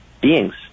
beings